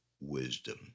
wisdom